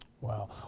Wow